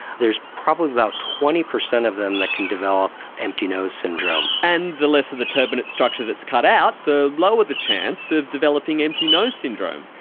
there's probably about twenty percent of them that can develop empty nose syndrome. and the less of the turbinate structure that is cut out, the lower the chance of developing empty nose syndrome.